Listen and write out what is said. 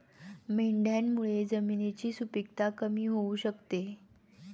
मेंढ्यांमुळे जमिनीची सुपीकता कमी होऊ शकते